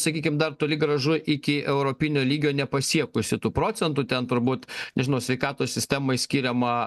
sakykim dar toli gražu iki europinio lygio nepasiekusi tų procentų ten turbūt nežinau sveikatos sistemai skiriama